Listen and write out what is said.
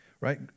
right